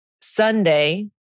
Sunday